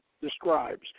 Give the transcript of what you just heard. describes